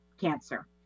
cancer